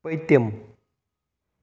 پٔتِم